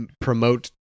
promote